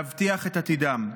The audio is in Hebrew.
להבטיח את עתידם.